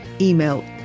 email